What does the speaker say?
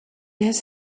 his